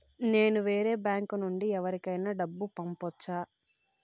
నేను వేరే బ్యాంకు నుండి ఎవరికైనా డబ్బు పంపొచ్చా?